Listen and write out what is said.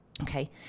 Okay